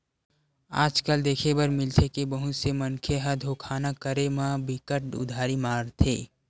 आज कल देखे बर मिलथे के बहुत से मनखे ह देखावा करे म बिकट उदारी मारथे